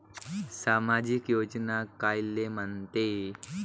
सामाजिक योजना कायले म्हंते?